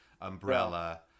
umbrella